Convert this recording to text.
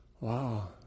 Wow